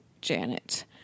Janet